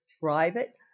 private